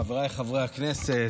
חבריי חברי הכנסת,